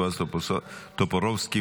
בועז טופורובסקי,